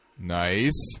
Nice